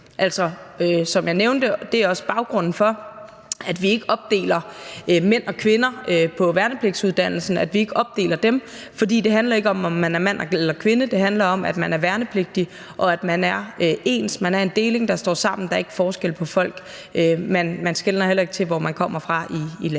er det også baggrunden for, at vi ikke opdeler mænd og kvinder på værnepligtsuddannelsen, for det handler ikke om, om man er mand eller kvinde, det handler om, at man er værnepligtig, og at man er ens; man er en deling, der står sammen; der er ikke forskel på folk. Man skeler heller ikke til, hvor man kommer fra i landet